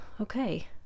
okay